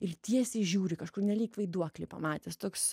ir tiesiai žiūri kažkur nelyg vaiduoklį pamatęs toks